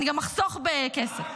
אני גם אחסוך בכסף.